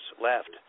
left